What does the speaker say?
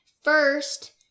first